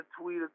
tweet